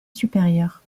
supérieur